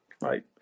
right